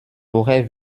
woher